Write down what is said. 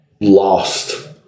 lost